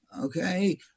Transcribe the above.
okay